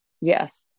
yes